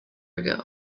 ago